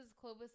Clovis